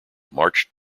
marched